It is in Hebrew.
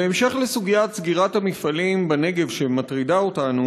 בהמשך לסוגיית סגירת המפעלים בנגב שמטרידה אותנו,